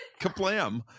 kaplam